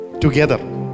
Together